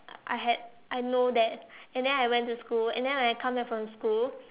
I had I know that and then I went to school and then when I come back from school